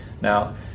Now